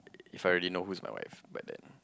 If I already know who's my wife by then